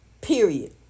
Period